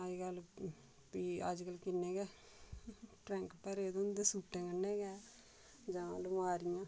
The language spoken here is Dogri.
अज्ज्कल फ्ही अज्जकल किन्ने गै ट्रैंक भरे दे होंदे सूटें कन्नै गै जां लमारियां